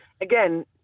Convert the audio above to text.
again